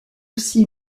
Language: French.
aussi